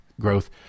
growth